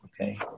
Okay